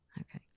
Okay